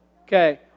Okay